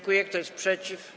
Kto jest przeciw?